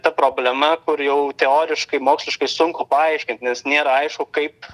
ta problema kur jau teoriškai moksliškai sunku paaiškint nes nėra aišku kaip